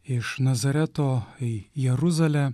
iš nazareto į jeruzalę